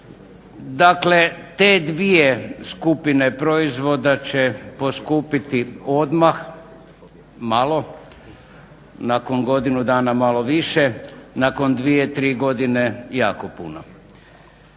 dakle te dvije skupine proizvoda će poskupiti odmah malo, nakon godinu dana malo više, nakon dvije, tri godine jako puno,